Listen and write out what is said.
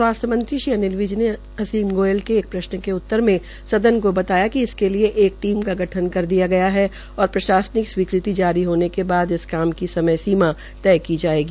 स्वासथ्य मंत्री श्री अनिल विज ने असीम गोयल के एक प्रश्न के उत्तर में सदन को बताया कि इसकेलिए एक टीम का गठन कर दिया गया है और प्रशासनिक स्वीकृति जारी होने के बाद इसकी काम की समय सीमा तय की जायेगी